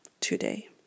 today